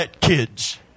Kids